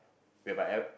whereby e~